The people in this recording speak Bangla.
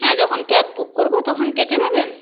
হ্যাঁ যখন ক্যাব বুক করবো তখন কেটে নেবেন